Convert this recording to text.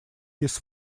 his